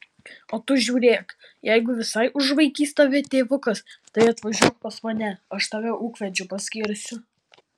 o tu žiūrėk jeigu visai užvaikys tave tėvukas tai atvažiuok pas mane aš tave ūkvedžiu paskirsiu